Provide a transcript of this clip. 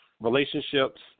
relationships